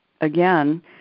again